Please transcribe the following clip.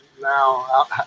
now